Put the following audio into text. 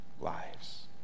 lives